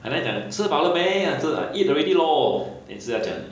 好像讲吃饱了没 answer ha eat already lor then 是要怎样